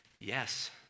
Yes